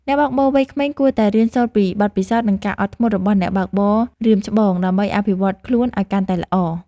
អ្នកបើកបរវ័យក្មេងគួរតែរៀនសូត្រពីបទពិសោធន៍ និងការអត់ធ្មត់របស់អ្នកបើកបររៀមច្បង ដើម្បីអភិវឌ្ឍខ្លួនឱ្យកាន់តែល្អ។